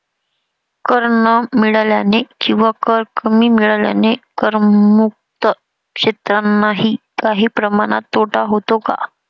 कर न मिळाल्याने किंवा कर कमी मिळाल्याने करमुक्त क्षेत्रांनाही काही प्रमाणात तोटा होतो का?